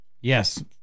Yes